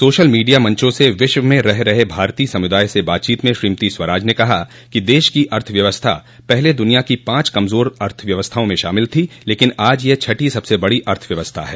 social media मंचों से विश्व में रह रहे भारतीय समूदाय से बातचीत में श्रीमती स्वराज ने कहा कि देश की अर्थव्यवस्था पहले दुनिया की पांच कमजोर अर्थव्यस्थाओं में शामिल थी लेकिन आज यह छठी सबसे बडी अर्थव्यवस्था है